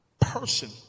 person